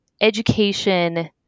education